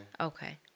Okay